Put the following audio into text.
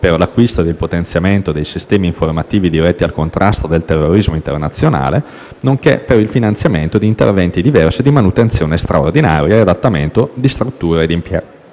per l'acquisto ed il potenziamento dei sistemi informativi diretti al contrasto del terrorismo internazionale, nonché per il finanziamento di interventi diversi di manutenzione straordinaria e adattamento di strutture e di impianti.